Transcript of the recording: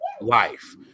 life